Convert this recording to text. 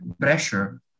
pressure